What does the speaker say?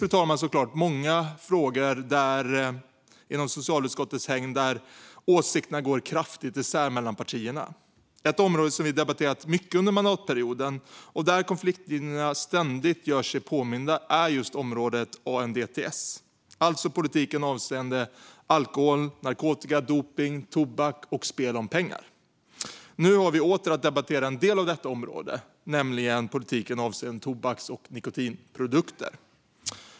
Det finns såklart många frågor inom socialutskottets hägn där åsikterna går kraftigt isär partierna emellan. Ett område som vi debatterat mycket under mandatperioden och där konfliktlinjerna ständigt gör sig påminda är ANDTS, det vill säga politiken avseende alkohol, narkotika, dopning, tobak och spel om pengar. Nu har vi åter att debattera en del av detta område, nämligen politiken avseende tobaks och nikotinprodukter.